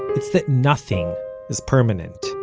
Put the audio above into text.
it's that nothing is permanent,